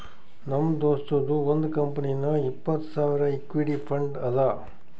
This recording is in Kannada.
ನಮ್ ದೋಸ್ತದು ಒಂದ್ ಕಂಪನಿನಾಗ್ ಇಪ್ಪತ್ತ್ ಸಾವಿರ್ ಇಕ್ವಿಟಿ ಫಂಡ್ ಅದಾ